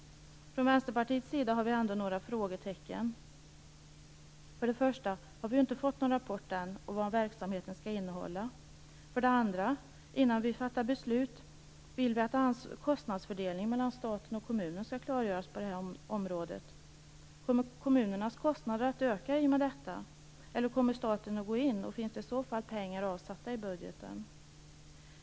Från Vänsterpartiets sida har vi ändå några frågetecken. För det första har vi ju inte fått någon rapport än om vad verksamheten skall innehålla. För det andra vill vi att kostnadsfördelningen mellan staten och kommunerna skall klargöras på det här området innan vi fattar beslut. Kommer kommunernas kostnader att öka i och med detta, eller kommer staten att gå in? Finns det i så fall pengar avsatta i budgeten?